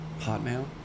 Hotmail